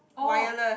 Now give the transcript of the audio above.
wireless